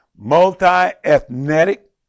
multi-ethnic